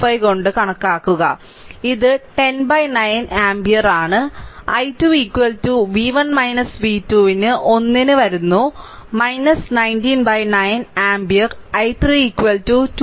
25 കൊണ്ട് കണക്കാക്കുക ഇത് 10 ബൈ 9 ആമ്പിയർ ആണ് i 2 v1 v2 ന് 1 ന് വരുന്നു 19 by 9 ആമ്പിയർ i3 2 v2